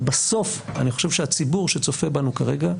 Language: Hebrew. אבל בסוף אני חושב שהציבור שצופה בנו כרגע,